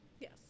Yes